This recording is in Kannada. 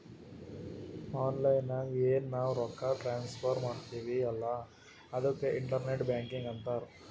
ಆನ್ಲೈನ್ ನಾಗ್ ಎನ್ ನಾವ್ ರೊಕ್ಕಾ ಟ್ರಾನ್ಸಫರ್ ಮಾಡ್ತಿವಿ ಅಲ್ಲಾ ಅದುಕ್ಕೆ ಇಂಟರ್ನೆಟ್ ಬ್ಯಾಂಕಿಂಗ್ ಅಂತಾರ್